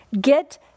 Get